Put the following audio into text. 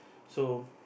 so